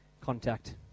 contact